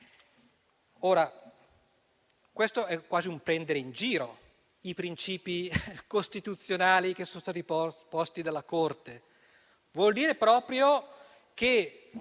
Questo è quasi un prendere in giro i principi costituzionali che sono stati posti dalla Corte. Vuol dire che